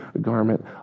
garment